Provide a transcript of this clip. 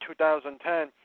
2010